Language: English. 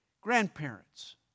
grandparents